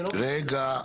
רגע,